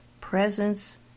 presence